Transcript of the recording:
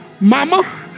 Mama